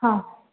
हा